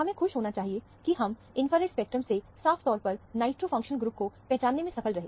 हमें खुश होना चाहिए की हम इंफ्रारेड स्पेक्ट्रम से साफ तौर पर नाइट्रो फंक्शनल ग्रुपको पहचानने में सफल रहे